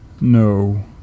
No